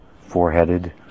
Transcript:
four-headed